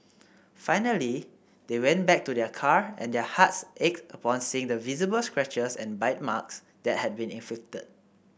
finally they went back to their car and their hearts ached upon seeing the visible scratches and bite marks that had been inflicted